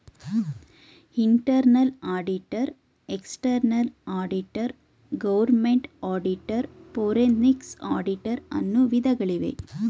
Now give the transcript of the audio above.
internal auditor, external auditor, government auditor, forensic auditor, ಅನ್ನು ವಿಧಗಳಿವೆ